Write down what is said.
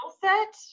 set